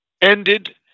ended